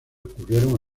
ocurrieron